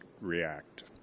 react